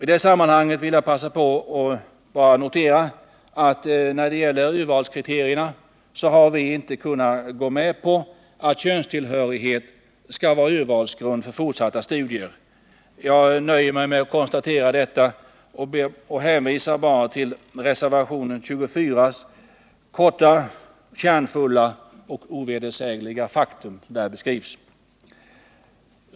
I det sammanhanget vill jag passa på att notera att vi när det gäller urvalskriterierna inte kunnat gå med på att könstillhörighet skall vara urvalsgrund för fortsatta studier. Jag nöjer mig med att konstatera detta och hänvisar bara till de fakta som kort, kärnfullt och ovedersägligt beskrivs i reservationen 24.